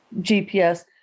GPS